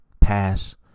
pass